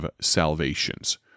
salvations